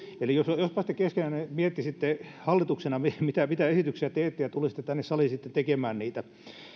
eli jospa sitten keskenänne miettisitte hallituksena mitä esityksiä teette ja tulisitte tänne saliin sitten tekemään niitä